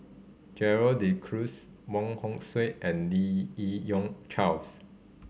Gerald De Cruz Wong Hong Suen and Lim Yi Yong Charles